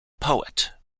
poet